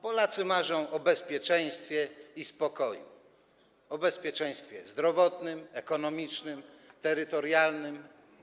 Polacy marzą o bezpieczeństwie i spokoju, o bezpieczeństwie zdrowotnym, ekonomicznym, terytorialnym.